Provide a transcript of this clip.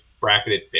bracketed